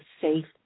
safe